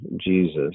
Jesus